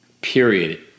period